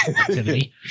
activity